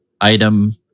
item